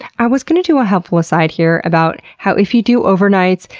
i was going to do a helpful aside here about how if you do overnights,